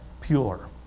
pure